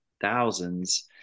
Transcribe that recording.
thousands